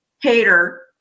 hater